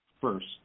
first